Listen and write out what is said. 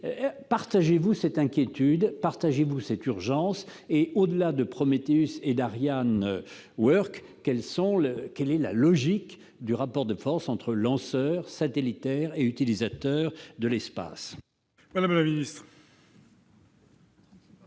partagez-vous cette inquiétude et cette urgence ? Au-delà de Prometheus et d'ArianeWorks, quelle est la logique du rapport de force entre lanceur satellitaire et utilisateurs de l'espace ? La parole est